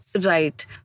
Right